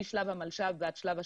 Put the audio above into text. משלב המלש"ב ועד שלב השחרור.